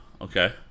Okay